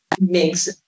makes